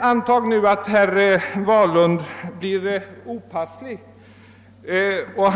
Antag nu att herr Wahlund blir opasslig och